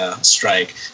Strike